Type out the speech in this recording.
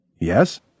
Yes